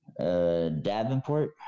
Davenport